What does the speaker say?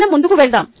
మనం ముందుకు వెళ్దాం